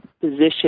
position